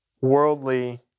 worldly